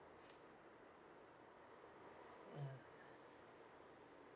ya